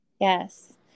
Yes